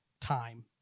time